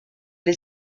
les